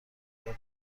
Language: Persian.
بده